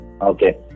Okay